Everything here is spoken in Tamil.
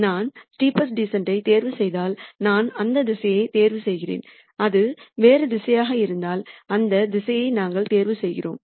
நான் ஸ்டெப்பஸ்ட் டீசன்ட் யைத் தேர்வுசெய்தால் நான் அந்த திசையைத் தேர்வு செய்கிறேன் அது வேறு திசையாக இருந்தால் அந்த திசையை நாங்கள் தேர்வு செய்கிறோம்